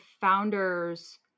founders